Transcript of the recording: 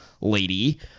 lady